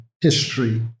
history